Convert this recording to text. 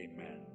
Amen